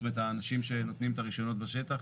זאת אומרת האנשים שנותנים את הרישיונות בטח.